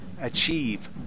Achieve